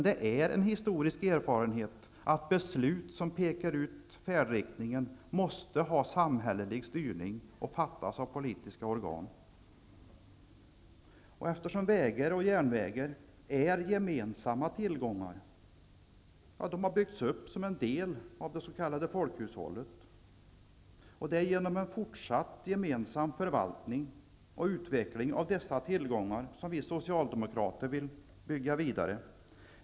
Det är en historisk erfarenhet att beslut som pekar ut färdriktningen måste ha samhällelig styrning och fattas av politiska organ. Vägar och järnvägar är gemensamma tillgångar, uppbyggda som en del av folkhushållet. Det är genom en fortsatt gemensam förvaltning och utveckling av dessa tillgångar som vi socialdemokrater vill bygga vidare.